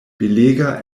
belega